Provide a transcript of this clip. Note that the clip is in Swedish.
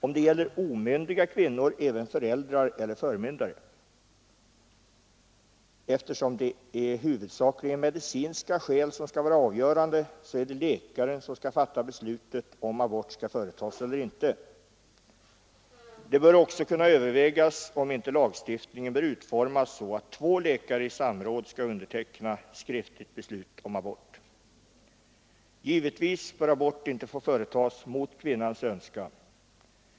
Om det gäller omyndiga kvinnor skall även föräldrars eller förmyndares mening inhämtas. Eftersom det är huvudsakligen medicinska skäl som skall vara avgörande är det läkaren som skall fatta beslutet om abort skall företas eller inte. Det bör också kunna övervägas om inte lagstiftningen bör utformas så att två läkare i samråd skall underteckna skriftligt beslut om abort. Givetvis bör abort inte få företas mot kvinnans önskan.